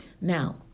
Now